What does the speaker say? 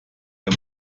der